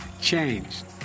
changed